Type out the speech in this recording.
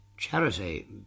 Charity